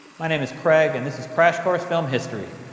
my name is craig and this is crash course film history.